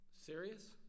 serious